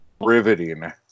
Riveting